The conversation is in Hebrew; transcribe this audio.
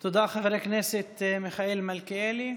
תודה, חבר הכנסת מיכאל מלכיאלי.